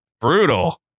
brutal